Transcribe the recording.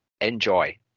enjoy